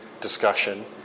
discussion